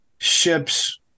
ship's